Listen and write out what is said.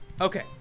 Okay